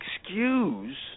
excuse